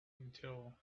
until